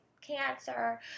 cancer